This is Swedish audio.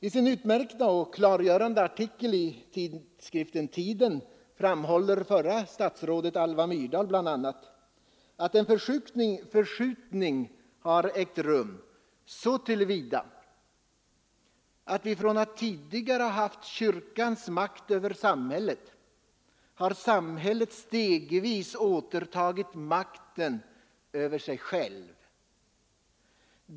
I sin utmärkta och klargörande artikel i tidskriften Tiden framhåller förra statsrådet Alva Myrdal bl.a. att en förskjutning har ägt rum. Från att kyrkan tidigare har haft makt över samhället, har samhället stegvis återtagit makten över sig självt.